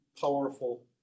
powerful